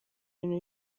ibintu